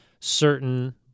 certain